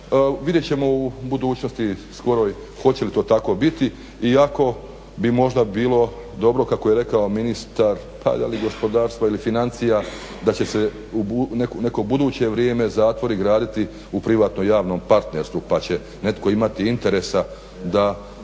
Vidjet ćemo u budućnosti skoroj hoće li to tako biti, i ako bi možda bilo dobro kako je rekao ministar, pa je li gospodarstva ili financija da će se u neko buduće vrijeme zatvori graditi u privatno-javnom partnerstvu, pa će netko imati interesa da